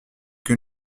que